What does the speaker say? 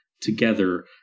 together